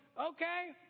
okay